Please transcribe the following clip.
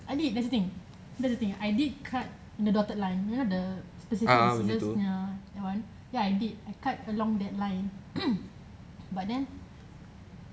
I did that's the thing that's the thing I did cut the dotted line you know the specific scissors punya that one I did I cut along that line but then